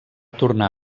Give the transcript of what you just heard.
tornar